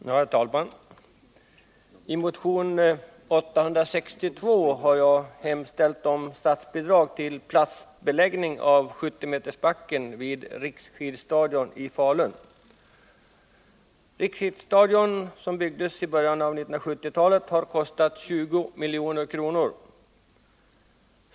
Herr talman! I motion 862 har jag hemställt om statsbidrag till plastbeläggning av 70-metersbacken vid Riksskidstadion i Falun. Riksskidstadion, som byggdes i början av 1970-talet, har kostat 20 milj.kr.